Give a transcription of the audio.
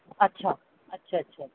अच्छा अच्छा अच्छा अच्छा